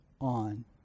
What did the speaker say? on